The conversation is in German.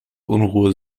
unruhe